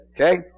Okay